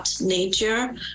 Nature